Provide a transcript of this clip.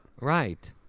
right